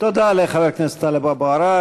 תודה לחבר הכנסת טלב אבו עראר.